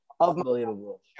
Unbelievable